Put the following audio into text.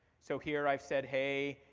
so here i've said, hey,